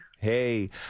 Hey